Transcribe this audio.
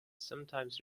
sometimes